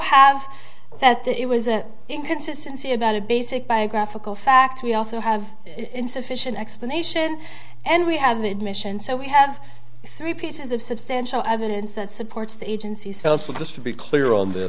have felt that it was an inconsistency about a basic biographical fact we also have insufficient explanation and we have the admission so we have three pieces of substantial evidence that supports the agency's helps with this to be clear on th